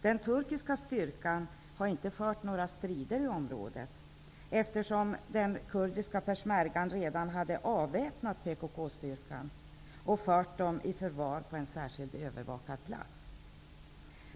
Den turkiska styrkan har inte fört några strider i området, eftersom den kurdiska persmergan redan hade avväpnat PKK-styrkan och fört den i förvar på en särskilt övervakad plats.